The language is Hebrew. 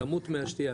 כמות מי השתייה,